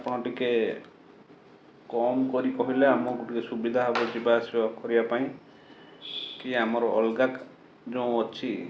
ଆପଣ ଟିକେ କମ୍ କରି କହିଲେ ଆମକୁ ଟିକେ ସୁବିଧା ହବ ଯିବା ଆସିବା କରିବା ପାଇଁ କି ଆମର ଅଲଗା ଯେଉଁ ଅଛି